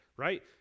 Right